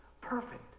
Perfect